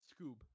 Scoob